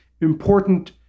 important